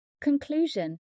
Conclusion